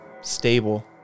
stable